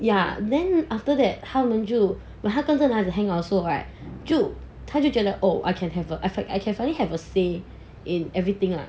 ya then after that 他们就 when 他真正跟男孩子 hangout also right 就他就觉得 oh I can have a I felt I can finally have a say in everything lah